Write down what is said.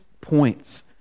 points